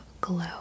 glow